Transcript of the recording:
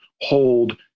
hold